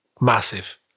Massive